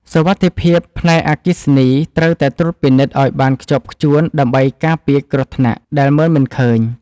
សុវត្ថិភាពផ្នែកអគ្គិសនីត្រូវតែត្រួតពិនិត្យឱ្យបានខ្ជាប់ខ្ជួនដើម្បីការពារគ្រោះថ្នាក់ដែលមើលមិនឃើញ។